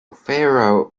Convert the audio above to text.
pharaoh